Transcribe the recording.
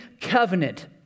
covenant